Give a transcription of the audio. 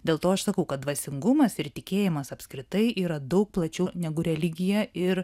dėl to aš sakau kad dvasingumas ir tikėjimas apskritai yra daug plačiau negu religija ir